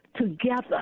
together